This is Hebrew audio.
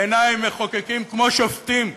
בעיני, מחוקקים, כמו שופטים,